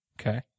Okay